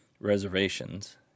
reservations